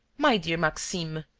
my dear maxime.